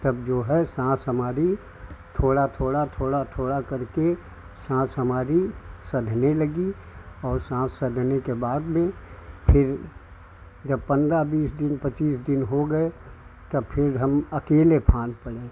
तब जो है साँस हमारी थोड़ा थोड़ा थोड़ा थोड़ा करके साँस हमारी सधने लगी और साँस सधने के बाद भी फिर जब पन्द्रह बीस दिन पच्चीस दिन हो गए तब फिर हम अकेले फांद पड़े